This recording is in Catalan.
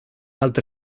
altre